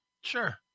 Sure